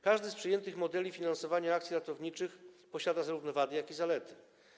Każdy z przyjętych modeli finansowania akcji ratowniczych ma zarówno wady, jak i zalety.